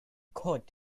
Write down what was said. cod